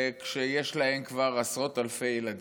ויש להם כבר עשרות אלפי ילדים.